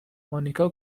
مونیکا